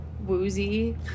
woozy